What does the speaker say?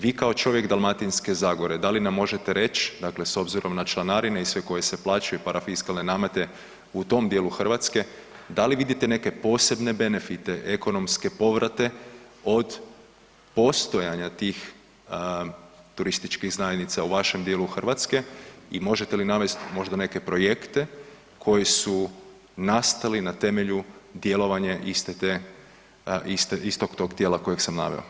Vi kao čovjek Dalmatinske zagore da li nam možete reć, dakle s obzirom na članarine i sve koje se plaćaju parafiskalne namete u tom dijelu Hrvatske, da li vidite neke posebne benefite ekonomske povrate od postojanja tih turističkih zajednica u vašem dijelu Hrvatske i možete li navest možda neke projekte koji su nastali na temelju djelovanja istog tijela koje sam naveo?